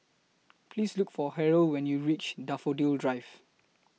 Please Look For Harrell when YOU REACH Daffodil Drive